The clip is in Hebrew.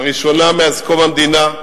לראשונה מאז קום המדינה,